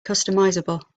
customizable